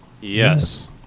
Yes